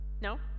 No